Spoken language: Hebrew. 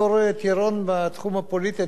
בתור טירון בתחום הפוליטי,